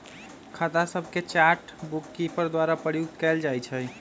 खता सभके chart bookkeeper द्वारा प्रयुक्त कएल जाइ छइ